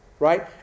Right